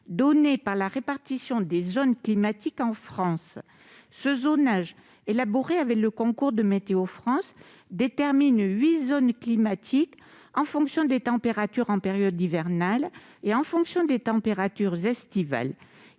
donné par la répartition des zones climatiques en France. Ce zonage, élaboré avec le concours de Météo France, détermine huit zones climatiques en fonction des températures en période hivernale et en fonction des températures estivales.